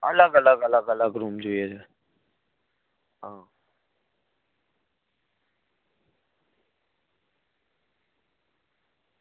અલગ અલગ અલગ અલગ રૂમ જોઈએ છે